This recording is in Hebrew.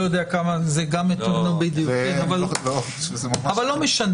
אני לא יודע כמה זה --- ממש לא --- לא משנה.